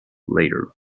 later